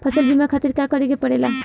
फसल बीमा खातिर का करे के पड़ेला?